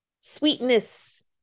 sweetness